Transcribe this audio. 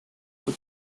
for